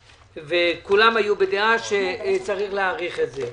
כולם היו בדעה שצריך להאריך את זה.